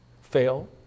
fail